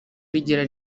rigira